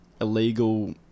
illegal